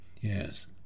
Yes